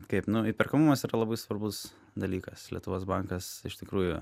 kaip nu įperkamumas yra labai svarbus dalykas lietuvos bankas iš tikrųjų